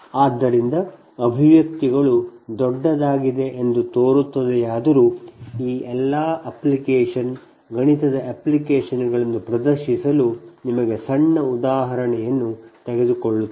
ಆದ್ದರಿಂದ ಅಭಿವ್ಯಕ್ತಿಗಳು ದೊಡ್ಡದಾಗಿದೆ ಎಂದು ತೋರುತ್ತದೆಯಾದರೂ ಈ ಎಲ್ಲಾ ಅಪ್ಲಿಕೇಶನ್ ಗಣಿತದ ಅಪ್ಲಿಕೇಶನ್ಗಳನ್ನು ಪ್ರದರ್ಶಿಸಲು ನಿಮಗೆ ಸಣ್ಣ ಉದಾಹರಣೆಯನ್ನು ತೆಗೆದುಕೊಳ್ಳುತ್ತೇವೆ